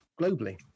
globally